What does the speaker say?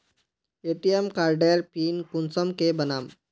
ATM कार्डेर pin कुंसम के बनाम?